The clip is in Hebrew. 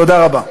תודה רבה.